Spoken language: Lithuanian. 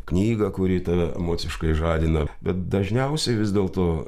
knygą kuri tave emociškai žadina bet dažniausiai vis dėlto